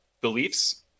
beliefs